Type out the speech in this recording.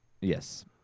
Yes